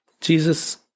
Jesus